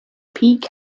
peak